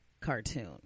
cartoon